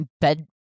bed